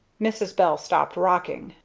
mrs. bell stopped rocking,